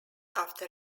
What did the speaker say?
after